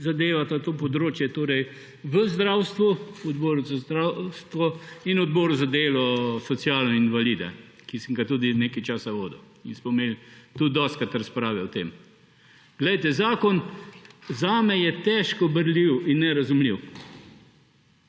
zadevata to področje, torej v zdravstvu, Odboru za zdravstvo, in Odboru za delo, socialne zadeve in invalide, ki sem ga tudi nekaj časa vodil. In smo imeli tudi dostikrat razprave o tem. Glejte, zakon je zame težko berljiv in nerazumljiv.